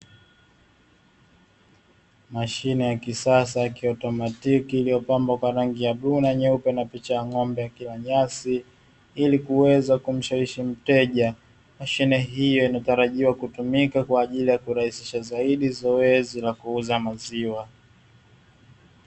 Mashine ya kisasa ya kiotomatiki iliyopambwa kwa rangi nyeupe na bluu na picha ya ng'ombe akilia nyasi, ili iweze kumshawishi mteja. Mashine hiyo inatarajiwa kutumika kwa ajili kurahisisha zoezi la uuzaji wa maziwa.